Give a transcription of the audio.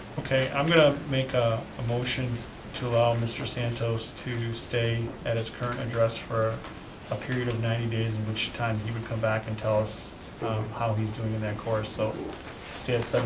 okay, i'm gonna make ah a motion to allow mr. santos to stay at his current address for a period of ninety days in which time he would come back and tell us how he's doing in that course. so stay at so